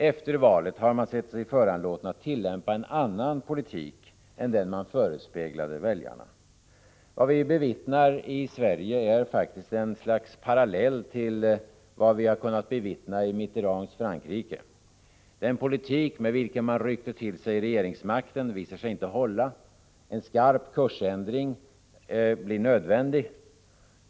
Efter valen har man sett sig föranlåten att tillämpa en annan politik än den man förespeglade väljarna. Vad vi bevittnar i Sverige är faktiskt en parallell till vad vi kunnat bevittna i Mitterrands Frankrike. Den politik med vilken man ryckte till sig regeringsmakten visar sig inte hålla. En skarp kursändring blir nödvändig.